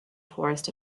tourist